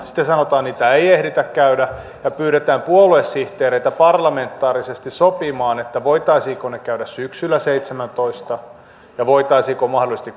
sitten sanotaan että niitä ei ehditä käydä ja pyydetään puoluesihteereitä parlamentaarisesti sopimaan voitaisiinko ne käydä syksyllä seitsemäntoista ja voitaisiinko mahdollisesti